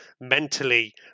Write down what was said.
mentally